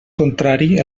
contrari